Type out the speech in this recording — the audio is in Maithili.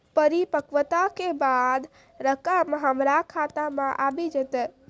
परिपक्वता के बाद रकम हमरा खाता मे आबी जेतै?